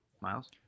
Miles